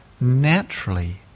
naturally